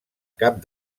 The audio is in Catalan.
cap